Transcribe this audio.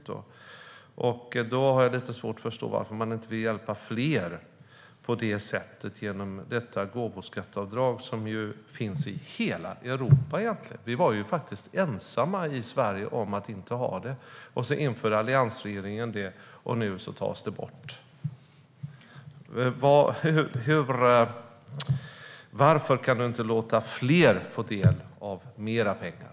Därför har jag lite svårt att förstå varför man inte vill hjälpa fler genom detta gåvoskatteavdrag som finns i hela Europa. Vi var faktiskt ensamma i Sverige om att inte ha det. Alliansregeringen införde det, och nu tas det bort. Varför kan ni inte låta fler få del av mer pengar?